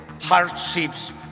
hardships